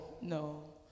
no